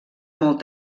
molt